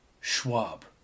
Schwab